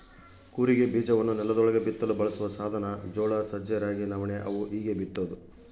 ಕೂರಿಗೆ ಬೀಜವನ್ನು ನೆಲದೊಳಗೆ ಬಿತ್ತಲು ಬಳಸುವ ಸಾಧನ ಜೋಳ ಸಜ್ಜೆ ರಾಗಿ ನವಣೆ ಅವು ಹೀಗೇ ಬಿತ್ತೋದು